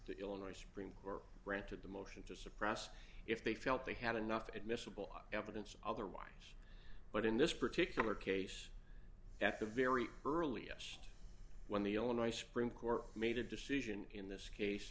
the illinois supreme court granted the motion to suppress if they felt they had enough admissible evidence otherwise but in this particular case at the very earliest when the illinois supreme court made a decision in this case